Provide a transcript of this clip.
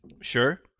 Sure